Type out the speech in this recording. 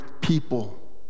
people